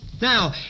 Now